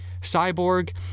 Cyborg